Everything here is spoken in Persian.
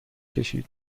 کشید